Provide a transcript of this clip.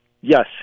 Yes